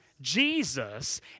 Jesus